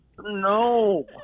No